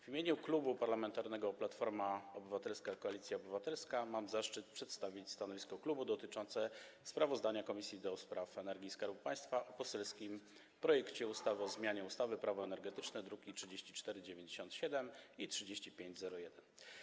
W imieniu Klubu Parlamentarnego Platforma Obywatelska - Koalicja Obywatelska mam zaszczyt przedstawić stanowisko klubu wobec sprawozdania Komisji do Spraw Energii i Skarbu Państwa o poselskim projekcie ustawy o zmianie ustawy Prawo energetyczne, druki nr 3497 i 3501.